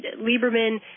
Lieberman